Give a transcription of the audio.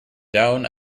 down